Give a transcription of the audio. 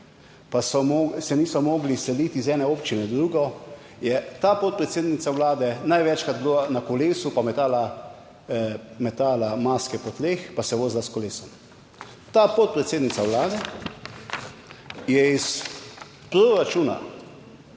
pa se niso mogli izseliti iz ene občine v drugo je ta podpredsednica vlade največkrat bila na kolesu, pa metala, metala maske po tleh, pa se vozila s kolesom. Ta podpredsednica vlade je iz proračuna,